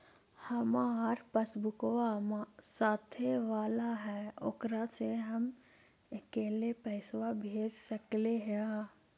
हमार पासबुकवा साथे वाला है ओकरा से हम अकेले पैसावा भेज सकलेहा?